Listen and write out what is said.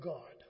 God